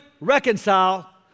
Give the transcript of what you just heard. reconcile